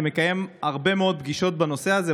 אני מקיים הרבה מאוד פגישות בנושא הזה,